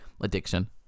addiction